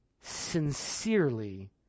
sincerely